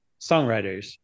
songwriters